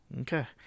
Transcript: Okay